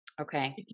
Okay